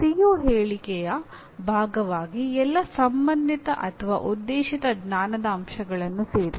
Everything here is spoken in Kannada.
ಸಿಒ ಹೇಳಿಕೆಯ ಭಾಗವಾಗಿ ಎಲ್ಲಾ ಸಂಬಂಧಿತ ಅಥವಾ ಉದ್ದೇಶಿತ ಜ್ಞಾನದ ಅಂಶಗಳನ್ನು ಸೇರಿಸಿ